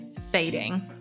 fading